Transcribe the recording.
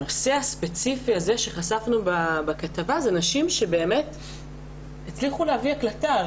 הנושא הספציפי הזה שחשפנו בכתבה זה נשים שבאמת הצליחו להביא הקלטה.